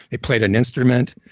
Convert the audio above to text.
they played an instrument.